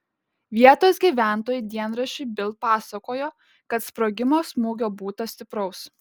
vietos gyventojai dienraščiui bild pasakojo kad sprogimo smūgio būta stipraus